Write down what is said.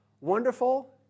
wonderful